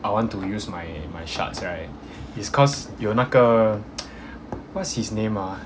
I want to use my my shards right it's cause 有那个 what's his name ah